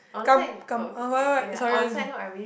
kam~ kam~ uh what what what sorry what you say